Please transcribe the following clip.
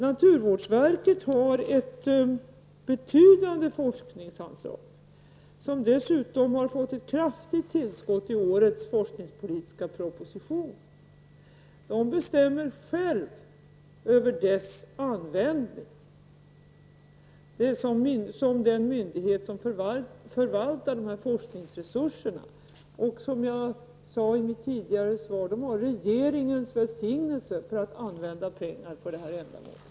Naturvårdsverket har ett betydande forskningsanslag, som dessutom har fått ett kraftigt tillskott genom årets forskningspolitiska proposition. Såsom den myndighet som förvaltar de forskningsresurserna bestämmer verket självt över deras användning. Som jag sade i mitt tidigare svar har man regeringens välsignelse för att använda pengar för det här ändamålet.